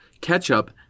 ketchup